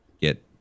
get